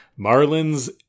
Marlins